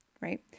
right